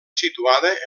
situada